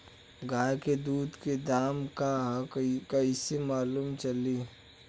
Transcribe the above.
गाय के दूध के दाम का ह कइसे मालूम चली?